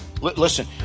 Listen